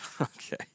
Okay